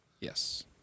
Yes